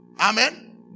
Amen